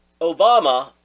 Obama